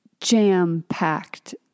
jam-packed